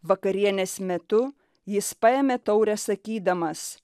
vakarienės metu jis paėmė taurę sakydamas